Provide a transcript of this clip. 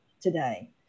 today